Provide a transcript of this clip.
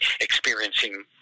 experiencing